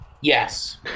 Yes